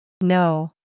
No